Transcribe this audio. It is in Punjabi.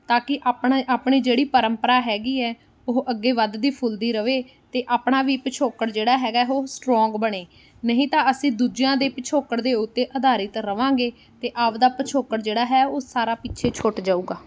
ਤਾਂ ਕਿ ਆਪਣਾ ਆਪਣੀ ਜਿਹੜੀ ਪਰੰਪਰਾ ਹੈਗੀ ਹੈ ਉਹ ਅੱਗੇ ਵੱਧਦੀ ਫੁੱਲਦੀ ਰਹੇ ਅਤੇ ਆਪਣਾ ਵੀ ਪਿਛੋਕੜ ਜਿਹੜਾ ਹੈਗਾ ਉਹ ਸਟਰੋਂਗ ਬਣੇ ਨਹੀਂ ਤਾਂ ਅਸੀਂ ਦੂਜਿਆਂ ਦੇ ਪਿਛੋਕੜ ਦੇ ਉੱਤੇ ਅਧਾਰਿਤ ਰਹਾਂਗੇ ਅਤੇ ਆਪ ਦਾ ਪਿਛੋਕੜ ਜਿਹੜਾ ਹੈ ਉਹ ਸਾਰਾ ਪਿੱਛੇ ਛੁੱਟ ਜਾਊਗਾ